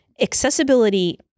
accessibility